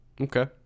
Okay